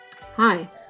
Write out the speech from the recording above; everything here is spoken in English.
Hi